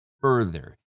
further